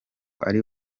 ari